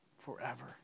forever